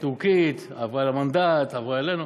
טורקית, עברה למנדט, עברה אלינו.